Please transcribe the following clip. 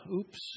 Oops